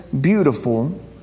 Beautiful